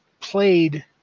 played